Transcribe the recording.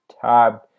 tab